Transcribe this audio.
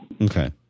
Okay